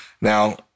Now